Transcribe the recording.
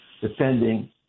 defending